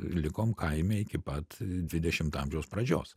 likom kaime iki pat dvidešimto amžiaus pradžios